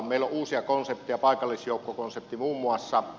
meillä on uusia konsepteja paikallisjoukkokonsepti muun muassa